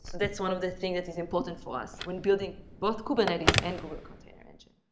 that's one of the thing that is important for us when building both kubernetes and google container engine.